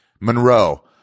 Monroe